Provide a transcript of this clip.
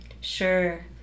Sure